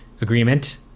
agreement